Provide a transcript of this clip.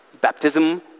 Baptism